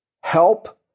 help